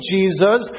Jesus